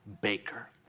baker